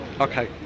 Okay